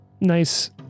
nice